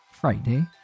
Friday